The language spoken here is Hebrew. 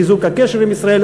בחיזוק הקשר עם ישראל.